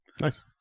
Nice